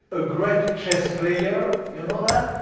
a great chess player, you know that,